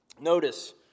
Notice